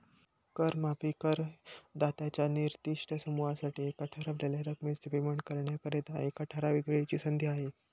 कर माफी करदात्यांच्या निर्दिष्ट समूहासाठी एका ठरवलेल्या रकमेचे पेमेंट करण्याकरिता, एका ठराविक वेळेची संधी आहे